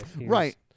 Right